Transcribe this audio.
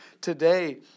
Today